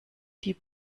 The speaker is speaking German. die